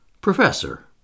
Professor